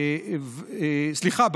סליחה,